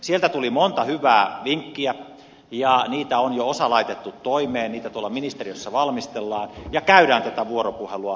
sieltä tuli monta hyvää vinkkiä ja niitä on jo osa laitettu toimeen niitä ministeriössä valmistellaan ja käydään tätä vuoropuhelua